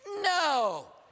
no